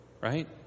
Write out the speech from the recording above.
Right